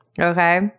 Okay